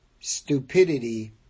Stupidity